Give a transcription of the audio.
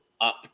up